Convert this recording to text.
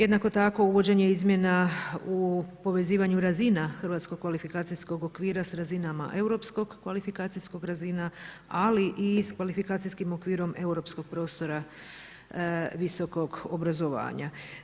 Jednako tako uvođenje izmjena u povezivanju razina hrvatskog kvalifikacijskog okvira sa razinama europskog kvalifikacijskog razina, ali i s kvalifikacijskim okvirom europskog prostora visokog obrazovanja.